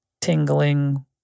tingling